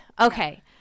Okay